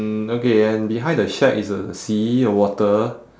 okay and behind the shack is a sea the water